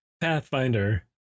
pathfinder